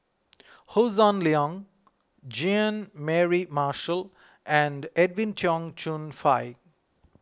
Hossan Leong Jean Mary Marshall and Edwin Tong Chun Fai